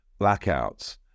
blackouts